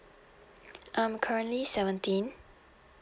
um currently seventeen